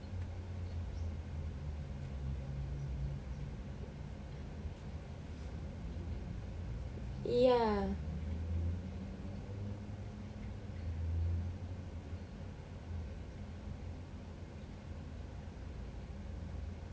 ya